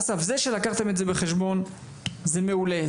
אסף, זה שלקחתם את זה בחשבון, זה מעולה.